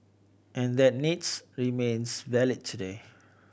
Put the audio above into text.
and that needs remains valid today